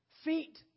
Feet